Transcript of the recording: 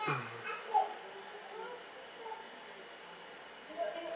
mm